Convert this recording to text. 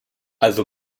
also